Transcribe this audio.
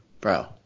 bro